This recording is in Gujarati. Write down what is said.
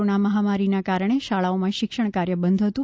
કોરોના મહામારીના કારણે શાળાઓમાં શિક્ષણકાર્ય બંધ હતું